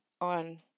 on